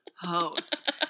host